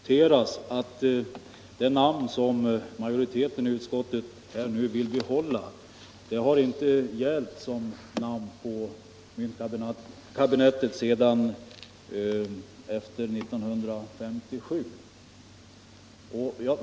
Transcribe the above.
Herr talman! Det bör noteras att det namn på myntsamlingarna som majoriteten i utskottet nu vill behålla inte har gällt efter 1957.